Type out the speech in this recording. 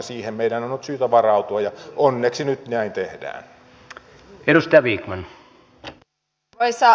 siihen meidän on syytä varautua ja onneksi nyt näin tehdään